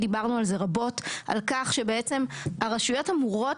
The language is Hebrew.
דיברנו רבות על כך שבעצם הרשויות אמורות